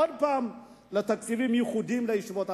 עוד פעם תקציבים ייחודיים לישיבות.